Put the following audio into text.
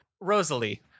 Rosalie